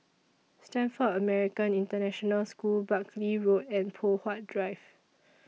Stamford American International School Buckley Road and Poh Huat Drive